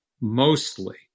mostly